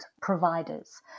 providers